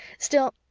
still,